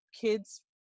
kids